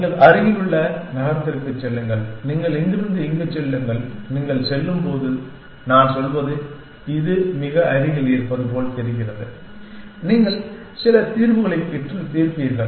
நீங்கள் அருகிலுள்ள நகரத்திற்குச் செல்லுங்கள் நீங்கள் இங்கிருந்து இங்கு செல்லுங்கள் நீங்கள் செல்லும் போது நான் சொல்வது இது மிக அருகில் இருப்பது போல் தெரிகிறது நீங்கள் சில தீர்வுகளைப் பெற்றுத் தீர்ப்பீர்கள்